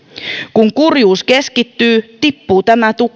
kun kurjuus keskittyy tippuu tämä